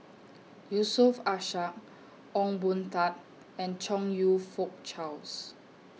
Yusof Ishak Ong Boon Tat and Chong YOU Fook Charles